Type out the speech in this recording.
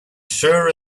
sure